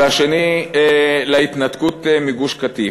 והשני להתנתקות מגוש-קטיף.